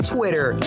Twitter